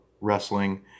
wrestling